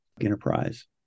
enterprise